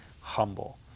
humble